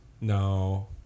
No